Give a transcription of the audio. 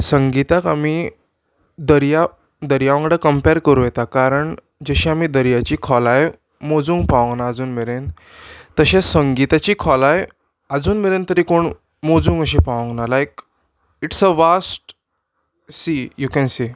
संगिताक आमी दर्या दर्या वांगडा कंपेर करूं येता कारण जशी आमी दर्याची खोलाय मोजूंक पावूंक ना आजून मेरेन तशेंच संगिताची खोलाय आजून मेरेन तरी कोण मोजूंक अशी पावोंक ना like it's a vast sea you can C